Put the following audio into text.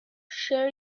share